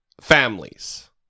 families